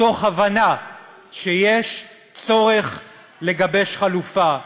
מתוך הבנה שיש צורך לגבש חלופה.